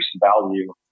value